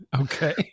Okay